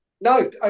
No